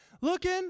looking